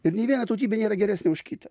ir nei viena tautybė nėra geresnė už kitą